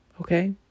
Okay